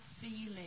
feeling